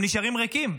הם נשארים ריקים.